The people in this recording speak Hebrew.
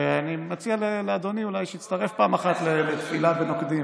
ואני מציע לאדוני שיצטרף פעם אחת לתפילה בנוקדים,